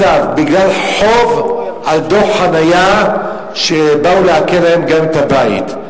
חוב על דוח חנייה הגיעו למצב שבאו לעקל להם גם את הבית.